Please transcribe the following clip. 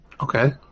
Okay